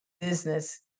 business